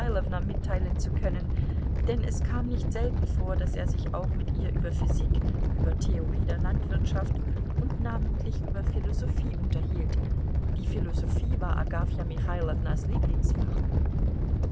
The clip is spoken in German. mitteilen zu können denn es kam nicht selten vor daß er sich auch mit ihr über physik über theorie der landwirtschaft und namentlich über philosophie unterhielt die philosophie war agafja michailownas lieblingsfach